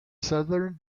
southern